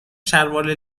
شلوار